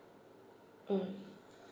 mm